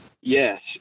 Yes